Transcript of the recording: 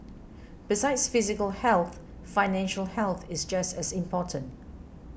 besides physical health financial health is just as important